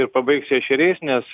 ir pabaigsiu ešeriais nes